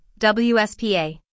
WSPA